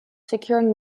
securing